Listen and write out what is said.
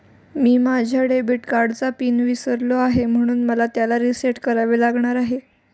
मी माझ्या डेबिट कार्डचा पिन विसरलो आहे म्हणून मला त्याला रीसेट करावे लागणार आहे